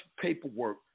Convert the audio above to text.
paperwork